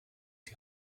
die